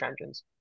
engines